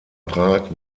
prag